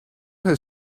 her